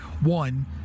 one